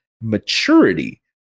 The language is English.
maturity